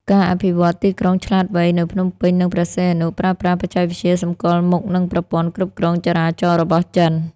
ការអភិវឌ្ឍ "ទីក្រុងឆ្លាតវៃ" នៅភ្នំពេញ និងព្រះសីហនុ ប្រើប្រាស់បច្ចេកវិទ្យាសម្គាល់មុខ និងប្រព័ន្ធគ្រប់គ្រងចរាចរណ៍របស់ចិន។